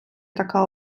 така